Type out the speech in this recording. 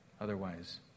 Otherwise